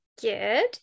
Good